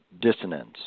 dissonance